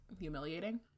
humiliating